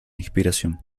inspiración